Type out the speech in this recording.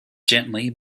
gently